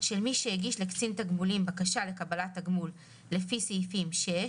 של מי שהגיש לקצין תגמולים בקשה לקבלת תגמול לפי סעיפים 6,